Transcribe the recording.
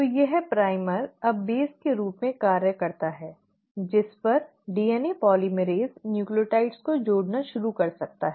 तो यह प्राइमर अब आधार के रूप में कार्य करता है जिस पर DNA polymerase न्यूक्लियोटाइड को जोड़ना शुरू कर सकता है